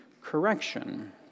correction